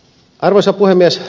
arvoisa puhemies